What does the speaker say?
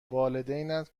والدینت